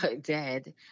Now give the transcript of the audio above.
dead